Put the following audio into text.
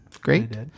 Great